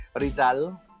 Rizal